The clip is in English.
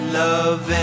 love